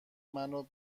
منو